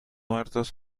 muertos